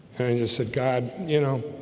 i mean just said god, you know